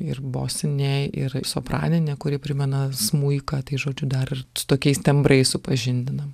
ir bosinė ir sopraninė kuri primena smuiką tai žodžiu dar ir tokiais tembrais supažindinam